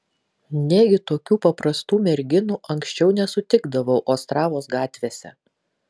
negi tokių paprastų merginų anksčiau nesutikdavau ostravos gatvėse